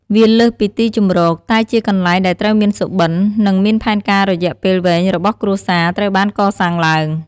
វាលើសពីទីជម្រក តែជាកន្លែងដែលត្រូវមានសុបិន និងមានផែនការរយៈពេលវែងរបស់គ្រួសារ ត្រូវបានកសាងឡើង។